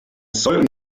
sollten